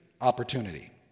opportunity